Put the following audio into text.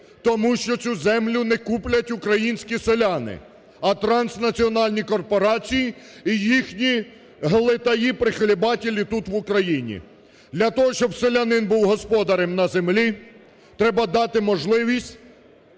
Тому що цю землю не куплять українські селяни, а транснаціональні корпорації і їхні глитаї-прихлєбателі тут, в Україні. Для того, щоб селянин був господарем на землі, треба дати можливість